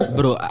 Bro